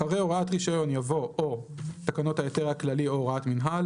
אחרי "הוראת רישיון" יבוא "או תקנות ההיתר כללי או הוראת מינהל",